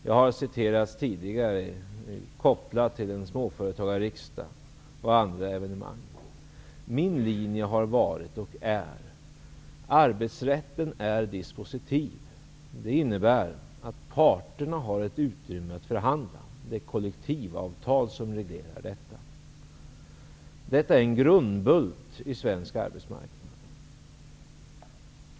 Jag har tidigare, på småföretagarriksdagen och i samband med andra evenemang, redovisat min linje, som har utgått och utgår från att arbetsrätten är dispositiv. Det innebär att parterna har ett utrymme att förhandla om. Detta är en grundbult i svensk arbetsmarknad.